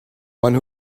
one